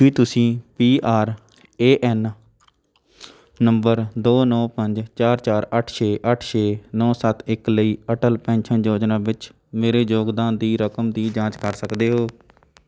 ਕੀ ਤੁਸੀਂ P R A N number ਦੋ ਨੌ ਪੰਜ ਚਾਰ ਚਾਰ ਅੱਠ ਛੇ ਅੱਠ ਛੇ ਨੌ ਸੱਤ ਇੱਕ ਲਈ ਅਟਲ ਪੈਨਸ਼ਨ ਯੋਜਨਾ ਵਿੱਚ ਮੇਰੇ ਯੋਗਦਾਨ ਦੀ ਰਕਮ ਦੀ ਜਾਂਚ ਕਰ ਸਕਦੇ ਹੋ